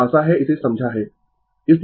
तो आशा है इसे समझा है